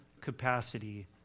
capacity